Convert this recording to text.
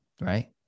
right